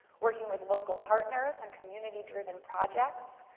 working with local partners on community driven projects.